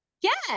Yes